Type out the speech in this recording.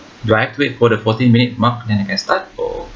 for the fourteen minute mark then can start or